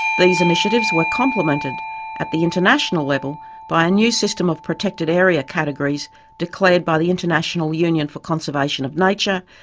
these initiatives were complemented at the international level by a new system of protected area categories declared by the international union for conservation of nature,